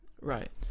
Right